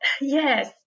Yes